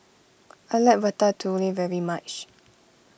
I like Ratatouille very much